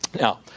Now